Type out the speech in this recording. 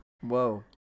whoa